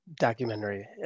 documentary